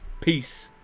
peace